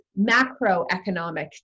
macroeconomic